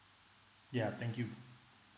ya thank you